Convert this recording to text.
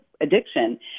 addiction